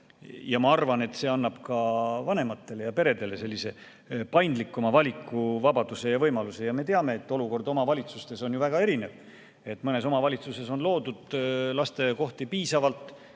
ja ma arvan, et see annab ka vanematele ja peredele sellise paindlikuma valikuvabaduse ja võimaluse. Me teame, et olukord omavalitsustes on ju väga erinev. Mõnes omavalitsuses on loodud lasteaiakohti piisavalt,